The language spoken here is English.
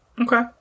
Okay